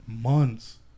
months